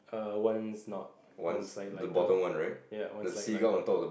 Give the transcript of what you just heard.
err one's not one side lighter ya one side lighter